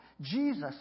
Jesus